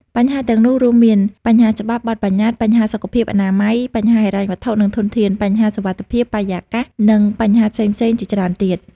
បញ្ហាទាំងនោះរួមមាន បញ្ហាច្បាប់ បទប្បញ្ញត្តិ បញ្ហាសុខភាព អនាម័យ បញ្ហាហិរញ្ញវត្ថុ និងធនធាន បញ្ហាសុវត្ថិភាព បរិយាកាស នឹងបញ្ហាផ្សេងៗជាច្រើនទៀត ។